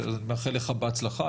נאחל לך בהצלחה,